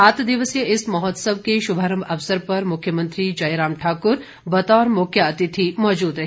सात दिवसीय इस महोत्सव के शुभारम्भ अवसर पर मुख्यमंत्री जयराम ठाकुर बतौर मुख्य अतिथि मौजूद रहे